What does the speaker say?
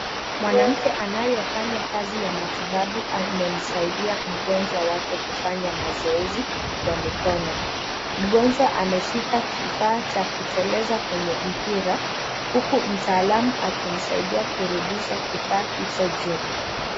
Mwanamke anayefanya kazi ya matibabau amemsaidia mgonjwa wake kufanya mazoezi ya mikono. Mgonjwa ameshika kifaa cha kuteleza kwenye mpira huku mtaalamu akimsaidia kurudisha kifaa hicho juu.